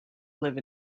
live